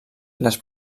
les